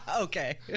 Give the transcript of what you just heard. Okay